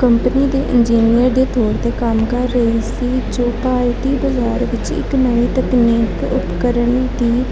company ਦੇ engineer ਦੇ ਤੌਰ 'ਤੇ ਕੰਮ ਕਰ ਰਹੀ ਸੀ ਜੋ ਭਾਰਤੀ ਬਜ਼ਾਰ ਵਿੱਚ ਇੱਕ ਨਵੀਂ ਤਕਨੀਕ ਉਪਕਰਨ ਦੀ